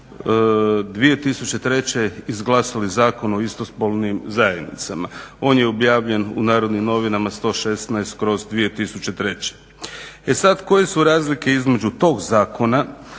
2003. izglasali Zakon o istospolnim zajednicama. On je objavljen u NN 116/03. E sad koje su razlike između tog zakona